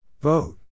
Vote